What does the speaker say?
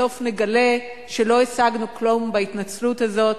בסוף נגלה שלא השגנו כלום בהתנצלות הזאת.